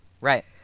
Right